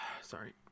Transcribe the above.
sorry